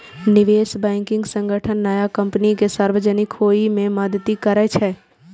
निवेश बैंकिंग संगठन नया कंपनी कें सार्वजनिक होइ मे मदति करै छै